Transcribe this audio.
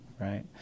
Right